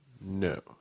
No